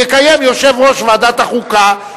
יקיים יושב-ראש ועדת החוקה,